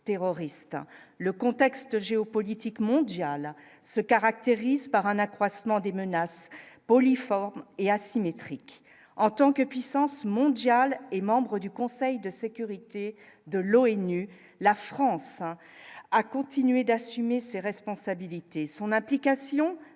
le contexte géopolitique mondiale se caractérise par un accroissement des menaces et asymétrique en tant que puissance mondiale et membre du Conseil de sécurité de l'ONU, la France à continuer d'assumer ses responsabilités et son application